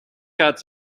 cards